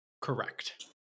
Correct